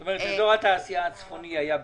זאת אומרת, אזור התעשייה הצפוני היה בפנים,